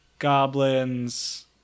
goblins